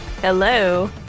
Hello